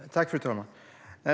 Fru talman!